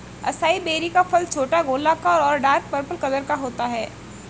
acai berry का फल छोटा, गोलाकार और डार्क पर्पल कलर का होता है